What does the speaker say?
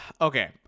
Okay